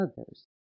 others